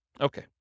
Okay